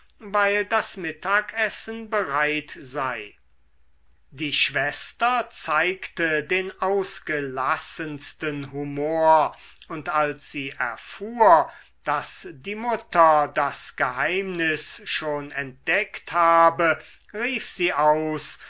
weil das mittagsessen bereit sei die schwester zeigte den ausgelassensten humor und als sie erfuhr daß die mutter das geheimnis schon entdeckt habe rief sie aus